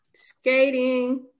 Skating